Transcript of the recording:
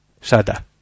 Sada